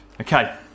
Okay